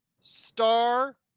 star